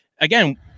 again